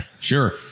Sure